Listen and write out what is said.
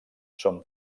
són